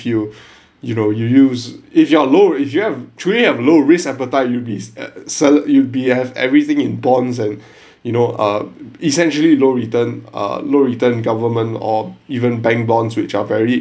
you you know you use if you are low risk if you've truly have low risk appetite you'd be at seller you'd be have everything in bonds and you know uh essentially low returns ah low return government or even bank bonds which are very